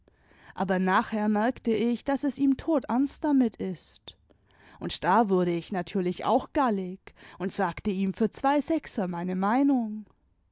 aber nachher merkte ich daß es ihm todernst damit ist und da wurde ich natürlich auch gallig und sagte ihm für zwei sechser meine meinung